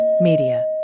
Media